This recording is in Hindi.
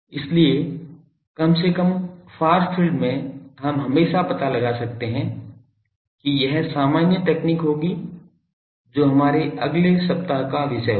इसलिए कम से कम फार फील्ड में हम हमेशा पता लगा सकते हैं कि एक सामान्य तकनीक होगी जो हमारे अगले सप्ताह का विषय होगी